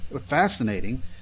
fascinating